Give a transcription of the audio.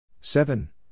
Seven